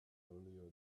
earlier